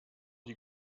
die